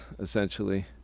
essentially